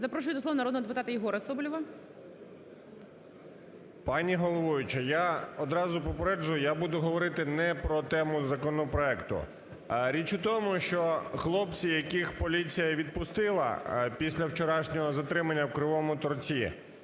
Запрошую до слова народного депутата Єгора Соболєва. 13:03:01 СОБОЛЄВ Є.В. Пані головуюча, я одразу попереджую, я буду говорити не про тему законопроекту. Річ у тому, що хлопці, яких поліція відпустила після вчорашнього затримання у Кривому Торці,